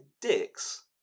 dicks